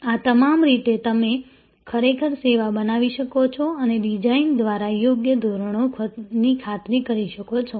આ તમામ રીતે તમે ખરેખર સેવા બનાવી શકો છો અને ડિઝાઇન દ્વારા યોગ્ય ધોરણોની ખાતરી કરી શકો છો